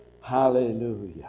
hallelujah